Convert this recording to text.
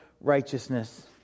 righteousness